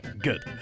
good